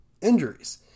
injuries